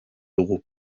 dugu